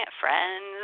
friends